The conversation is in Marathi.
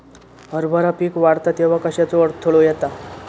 हरभरा पीक वाढता तेव्हा कश्याचो अडथलो येता?